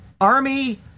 Army